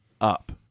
up